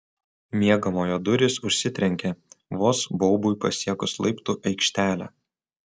miegamojo durys užsitrenkė vos baubui pasiekus laiptų aikštelę